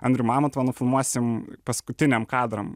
andrių mamontovą nufilmuosim paskutiniam kadram